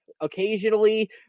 occasionally